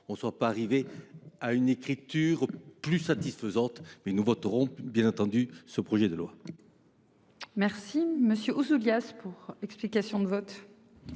On ne doit pas arriver à une écriture plus satisfaisante mais nous voterons. Bien entendu, ce projet de loi. Merci monsieur Ouzoulias pour explication de vote.